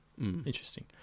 Interesting